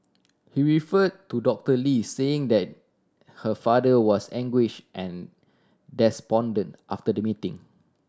he refer to Doctor Lee saying that her father was anguish and despondent after the meeting